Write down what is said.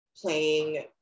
playing